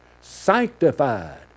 Sanctified